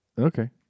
Okay